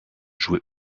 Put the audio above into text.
joué